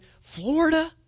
Florida